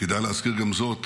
כדאי להזכיר גם זאת,